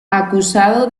acusado